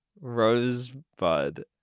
Rosebud